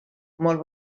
molt